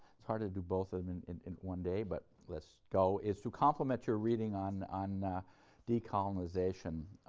it's hard to do both of them in in one day, but let's go is to complement your reading on on de-colonization,